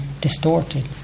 distorted